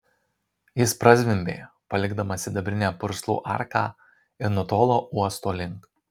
jis prazvimbė palikdamas sidabrinę purslų arką ir nutolo uosto link